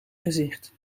gezicht